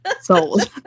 Sold